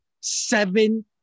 seven